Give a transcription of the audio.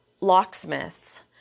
locksmiths